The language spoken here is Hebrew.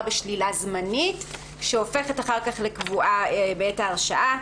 בשלילה זמנית שהופכת אחר כך לקבועה בעת ההרשעה.